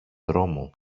δρόμο